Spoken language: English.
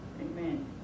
Amen